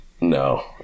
No